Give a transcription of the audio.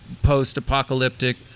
post-apocalyptic